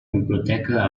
biblioteca